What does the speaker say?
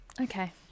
Okay